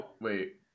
Wait